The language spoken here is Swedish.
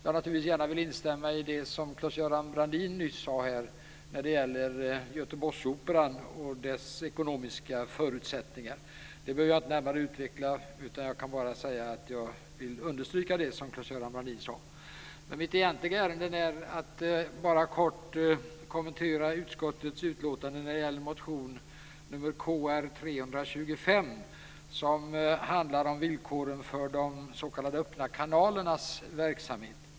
Jag vill först gärna instämma i det som Claes Göran Brandin nyss sade om Göteborgsoperan och dennas ekonomiska förutsättningar. Jag behöver inte närmare utveckla detta utan vill bara understryka det som Claes-Göran Brandin sade. Mitt egentliga ärende är att kort kommentera utskottets skrivning när det gäller motion Kr325, som handlar om villkoren för de s.k. öppna kanalernas verksamhet.